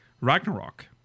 Ragnarok